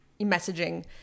messaging